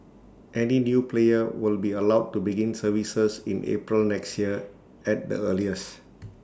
any new player will be allowed to begin services in April next year at the earliest